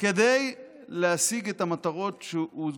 כדי להשיג את המטרות שהוצגו.